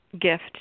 gift